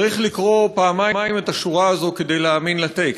צריך לקרוא פעמיים את השורה הזאת כדי להאמין לטקסט.